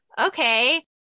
okay